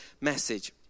message